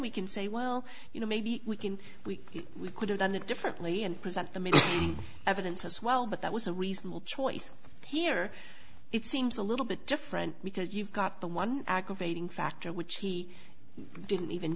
we can say well you know maybe we can we we could have done it differently and present the main evidence as well but that was a reasonable choice here it seems a little bit different because you've got the one aggravating factor which he didn't even